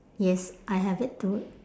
yes I have it too